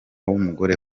w’umugore